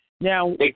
Now